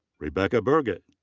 rebecca burgett.